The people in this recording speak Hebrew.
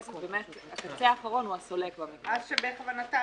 הקצה האחרון הוא הסולק במקרה הזה.